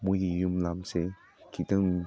ꯃꯣꯏꯒꯤ ꯌꯨꯝ ꯂꯝꯁꯦ ꯈꯤꯇꯪ